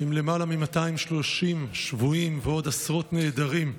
עם למעלה מ-230 שבויים ועוד עשרות נעדרים,